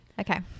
Okay